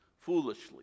foolishly